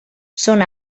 són